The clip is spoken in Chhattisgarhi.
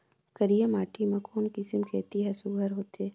करिया माटी मा कोन किसम खेती हर सुघ्घर होथे?